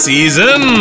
Season